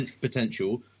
potential